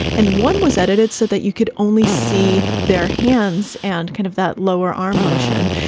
and one was edited so that you could only see their hands and kind of that lower arm motion.